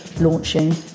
launching